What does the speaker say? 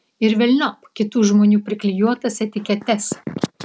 ir velniop kitų žmonių priklijuotas etiketes